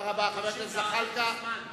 אנחנו בעד להאריך לו את הזמן.